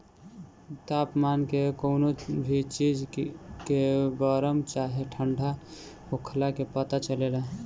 तापमान के कवनो भी चीज के गरम चाहे ठण्डा होखला के पता चलेला